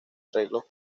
arreglos